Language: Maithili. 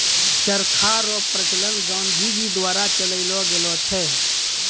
चरखा रो प्रचलन गाँधी जी द्वारा चलैलो गेलो छै